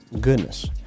Goodness